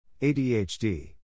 ADHD